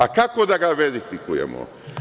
A kako da ga verifikujemo?